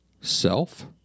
self